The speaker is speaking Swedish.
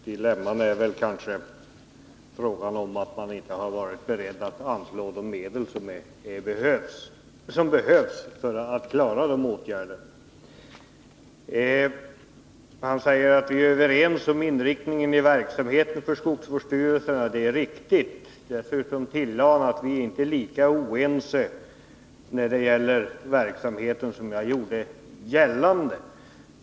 Dilemmat är kanske att man inte har varit beredd att anslå de medel som behövs för att klara åtgärderna. Filip Johansson säger att vi är överens om inriktningen av verksamheten för skogsvårdsstyrelserna. Det är riktigt. Dessutom tillade han att vi inte är så oense när det gäller verksamheten som jag gjorde gällande.